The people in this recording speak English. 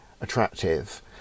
attractive